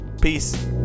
peace